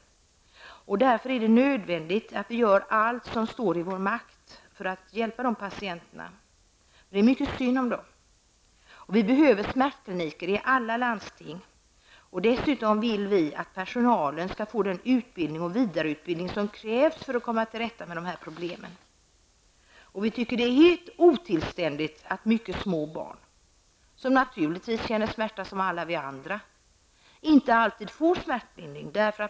Därför är det nödvändigt att vi gör allt som står i vår makt för att hjälpa de patienterna. Det är mycket synd om dem. Vi behöver smärtkliniker i alla landsting. Dessutom vill vi att personalen skall få den utbildning och vidareutbildning som krävs för att man skall kunna komma till rätta med dessa problem. Det är helt otillständigt att mycket små barn, som naturligtvis känner smärta som alla vi andra, inte alltid får smärtlindring.